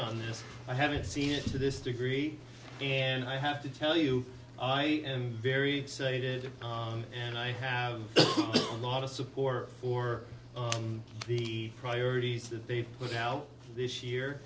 on this i haven't seen it to this degree and i have to tell you i am very excited and i have a lot of support for the priorities that they put out this year